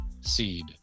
seed